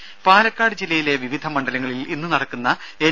രംഭ പാലക്കാട് ജില്ലയിലെ വിവിധ മണ്ഡലങ്ങളിൽ ഇന്ന് നടക്കുന്ന എൻ